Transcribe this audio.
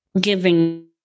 giving